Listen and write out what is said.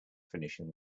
finishing